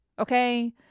Okay